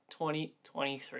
2023